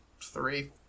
three